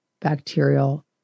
bacterial